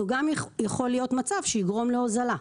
זה יכול להיות מצב שיגרום להוזלה.